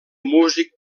músic